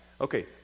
Okay